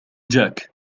جاك